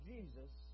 Jesus